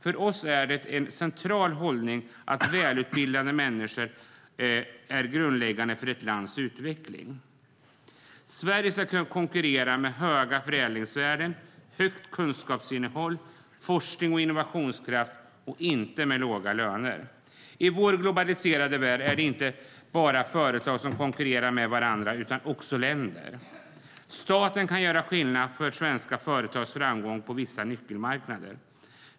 För oss är det en central hållning att välutbildade människor är grundläggande för ett lands utveckling. Sverige ska konkurrera med höga förädlingsvärden, högt kunskapsinnehåll, forskning och innovationskraft och inte med låga löner. I vår globaliserade värld är det inte bara företag som konkurrerar med varandra utan också länder. Staten kan göra skillnad för svenska företags framgång på vissa nyckelmarknader.